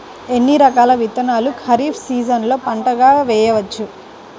ఎన్ని రకాల విత్తనాలను ఖరీఫ్ సీజన్లో పంటగా వేయచ్చు?